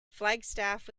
flagstaff